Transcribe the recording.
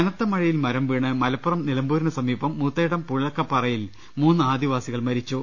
കനത്ത മഴയിൽ മരം വീണ് മലപ്പുറം നിലമ്പൂരിന് സമീപം മൂത്തേടം പൂളക്കപ്പാറയിൽ മൂന്ന് ആദിവാസികൾ മരിച്ചു